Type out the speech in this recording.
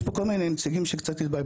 יש פה כל מיני נציגים שקצת התבלבלה